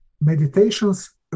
Meditations